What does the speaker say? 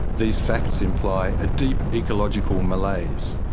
these facts imply a deep ecological malaise.